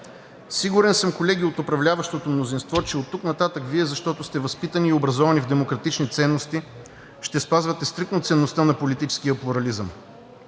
Сигурен съм, колеги от управляващото мнозинство, че оттук нататък Вие, защото сте възпитани и образовани в демократични ценности, ще спазвате стриктно ценността на политическия плурализъм.